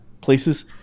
places